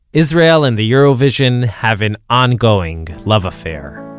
israel and the eurovision have an ongoing love affair.